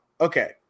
okay